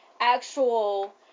actual